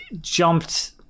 jumped